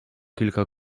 kilka